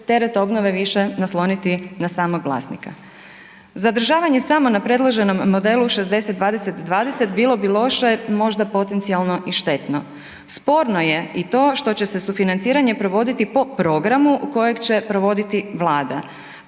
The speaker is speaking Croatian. teret obnove više nasloniti na samog vlasnika. Zadržavanje samo na predloženom modelu 60-20-20 bilo bi loše, možda potencijalno i štetno. Sporno je i to što će se sufinanciranje provoditi po programu kojeg će provoditi Vlada,